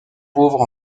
pauvre